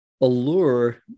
allure